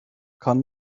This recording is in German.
kann